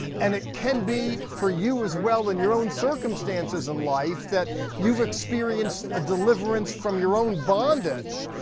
and it can be for you as well in your own circumstances in life that you've experienced a deliverance from your own bondage,